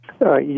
Yes